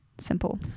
simple